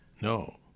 no